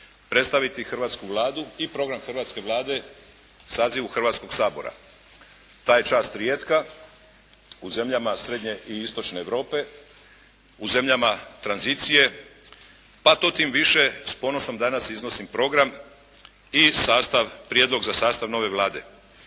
predstaviti hrvatsku Vladu i program hrvatske Vlade u sazivu Hrvatskog sabora. Ta je čast rijetka u zemljama srednje i istočne Europe, u zemljama tranzicije pa to tim više s ponosom danas iznosim program i sastav, prijedlog za sastav nove Vlade.